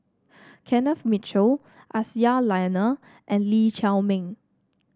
Kenneth Mitchell Aisyah Lyana and Lee Chiaw Meng